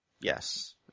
Yes